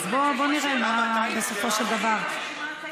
בוא נראה מה בסופו של דבר.